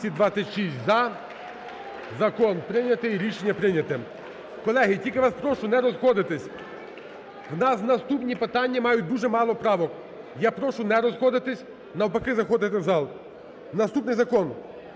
За-226 Закон прийнятий. Рішення прийнято. Колеги, тільки вас прошу не розходитись. У нас наступні питанні мають дуже мало правок. Я прошу не розходитись, навпаки заходити в зал. Наступний закон